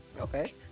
Okay